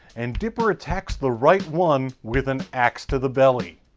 and dipper attacks the right one with an axe to the belly!